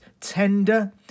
tender